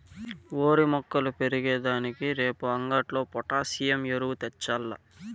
ఓరి మొక్కలు పెరిగే దానికి రేపు అంగట్లో పొటాసియం ఎరువు తెచ్చాల్ల